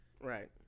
Right